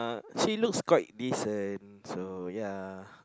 she looks quite this and so ya